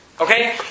Okay